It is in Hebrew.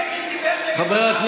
אתם מכריזים מצב חירום,